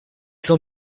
sans